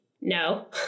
no